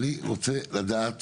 אני רוצה לדעת